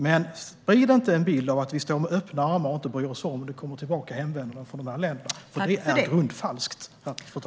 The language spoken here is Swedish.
Sprid alltså inte en bild av att vi står med öppna armar och inte bryr oss om ifall det kommer tillbaka hemvändare från de här länderna, för det är grundfalskt!